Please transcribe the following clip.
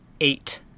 eight